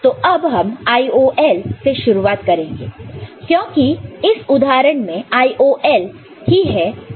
तो अब हम IOL से शुरुआत करेंगे क्योंकि इस उदाहरण में IOL ही है